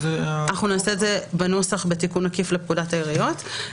אנחנו נעשה את זה בנוסח בתיקון עקיף לפקודת העיריות.